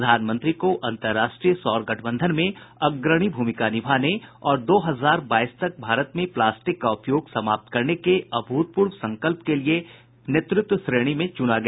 प्रधानमंत्री को अंतर्राष्ट्रीय सौर गठबंधन में अग्रणी भूमिका निभाने और दो हजार बाईस तक भारत में प्लास्टिक का उपयोग समाप्त करने के अभूतपूर्व संकल्प के लिए नेतृत्व श्रेणी में चुना गया